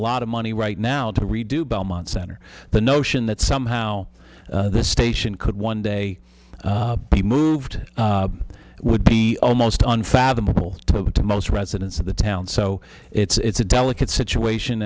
lot of money right now to redo belmont center the notion that somehow this station could one day be moved would be almost unfathomable to most residents of the town so it's a delicate situation